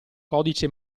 codice